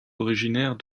originaires